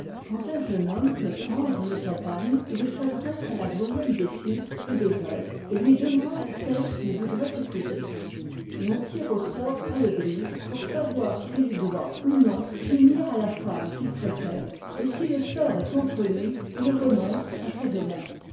quand un jeune homme veut prendre une compagne il s'adresse à la doyenne des filles ou des veuves et lui demande celle qu'il voudrait épouser l'on tire au sort à fégtise pour savoir s'il doit ou non s'unir à la femme qu'il préfère et si le sort est contre lui il renonce à sa demande